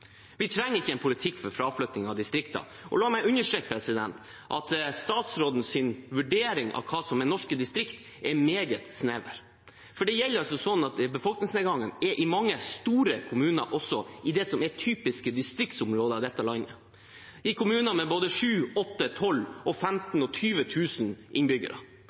Vi trenger ikke en politikk for fraflytting i distriktene. Og la meg understreke at statsrådens vurdering av hva som er norske distrikt, er meget snever. Det er sånn at det er befolkningsnedgang i mange store kommuner også, i det som er typiske distriktsområder i dette landet – i kommuner med både 7 000, 8 000, 12 000, 15 000 og 20 000 innbyggere